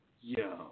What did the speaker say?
Yo